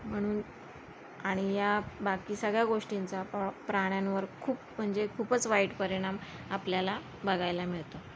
म्हणून आणि या बाकी सगळ्या गोष्टींचा प्र प्राण्यांवर खूप म्हणजे खूपच वाईट परिणाम आपल्याला बघायला मिळतो